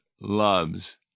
loves